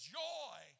joy